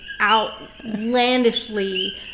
outlandishly